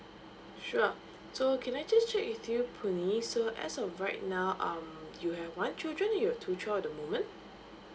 sure so can I just check with you puh nee so as of right now um you have one children you have two child at the moment